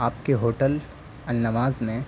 آپ کے ہوٹل النواز میں